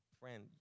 friend